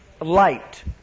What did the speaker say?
light